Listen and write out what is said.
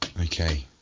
Okay